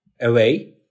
away